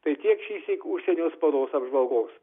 tai tiek šįsyk užsienio spaudos apžvalgos